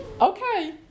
Okay